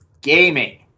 Gaming